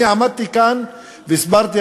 אני עמדתי כאן והסברתי,